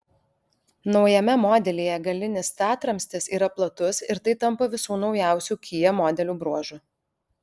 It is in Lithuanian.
naujame modelyje galinis statramstis yra platus ir tai tampa visų naujausių kia modelių bruožu